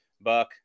buck